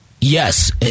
Yes